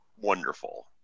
wonderful